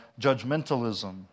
judgmentalism